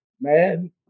Man